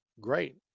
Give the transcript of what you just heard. great